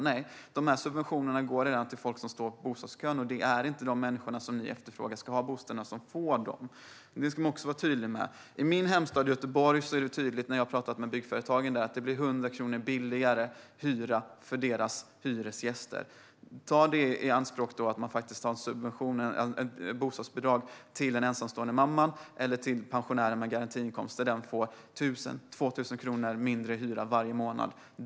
Nej, dessa subventioner går till folk som redan står i bostadskön. Det är inte de människor ni efterfrågar ska ha bostäderna som får dem, Nooshi Dadgostar. Det ska man också vara tydlig med. När jag har pratat med byggföretag i min hemstad Göteborg har det blivit tydligt att det blir en 100 kronor billigare hyra för deras hyresgäster. Ta då i beaktande att ett bostadsbidrag till den ensamstående mamman eller till pensionären med garantiinkomster ger en 1 000-2 000 kronor lägre hyra varje månad.